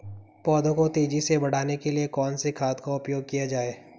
पौधों को तेजी से बढ़ाने के लिए कौन से खाद का उपयोग किया जाए?